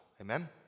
Amen